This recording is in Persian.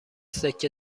سکه